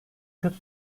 kötü